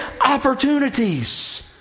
opportunities